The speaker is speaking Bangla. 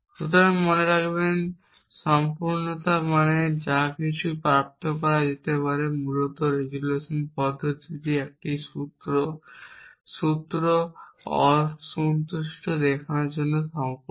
সুতরাং মনে রাখবেন সম্পূর্ণতা মানে যা কিছু প্রাপ্ত করা যেতে পারে মূলত রেজোলিউশন পদ্ধতিটি একটি সূত্র অসন্তুষ্ট দেখানোর জন্য সম্পূর্ণ